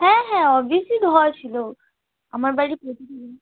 হ্যাঁ হ্যাঁ ধোয়া ছিলো আমার বাড়ি